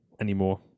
anymore